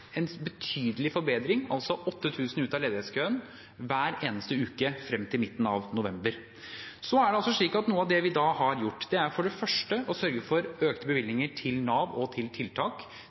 betydelig forbedring – altså 8 000 ut av ledighetskøen hver eneste uke frem til midten av november. Så er det slik at noe av det vi har gjort, for det første er å sørge for økte bevilgninger til Nav og til tiltak.